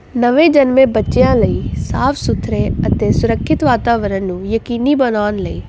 ਨਵੇਂ ਜਨਮੇ ਬੱਚਿਆਂ ਲਈ ਸਾਫ਼ ਸੁਥਰੇ ਅਤੇ ਸੁਰੱਖਿਅਤ ਵਾਤਾਵਰਨ ਨੂੰ ਯਕੀਨੀ ਬਣਾਉਣ ਲਈ